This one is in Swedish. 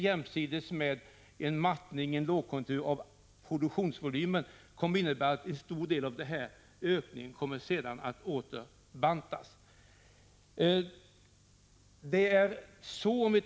Jämsides med en mattning av produktionsvolymen i en lågkonjunktur kommer det att innebära att en stor del av ökningen återigen bantas.